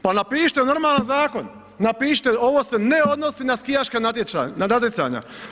Pa napišite normalan zakon, napišite ovo se ne odnosi na skijaška natjecanja.